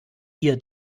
ihr